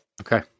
Okay